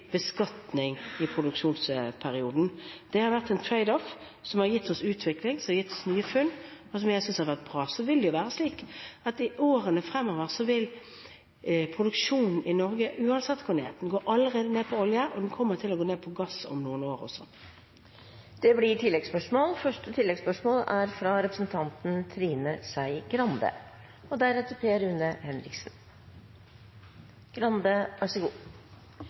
beskatning i produksjonsperioden. Det har vært en «trade-off» som har gitt oss utvikling, og som har gitt oss nye funn, som jeg synes har vært bra. Så vil det være slik at i årene fremover vil produksjonen i Norge uansett gå ned. Den går allerede ned på olje, og den kommer til å gå ned på gass om noen år også. Det blir oppfølgingsspørsmål – først Trine Skei Grande.